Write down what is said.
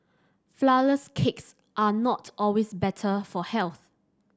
flourless cakes are not always better for health